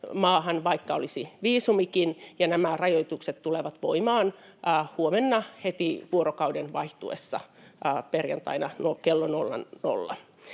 maahan, vaikka olisi viisumikin, ja nämä rajoitukset tulevat voimaan huomenna heti vuorokauden vaihtuessa, perjantaina kello 00.